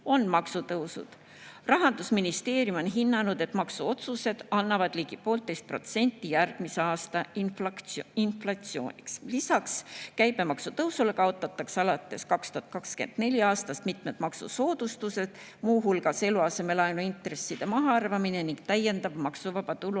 on maksutõusud. Rahandusministeerium on hinnanud, et maksuotsused annavad ligi 1,5% järgmise aasta inflatsiooniks. Lisaks käibemaksu tõusule kaotatakse alates 2024. aastast mitmed maksusoodustused, muu hulgas eluasemelaenu intresside mahaarvamine ning täiendav maksuvaba tulu